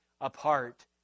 apart